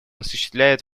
осуществляет